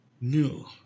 New